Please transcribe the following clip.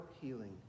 healing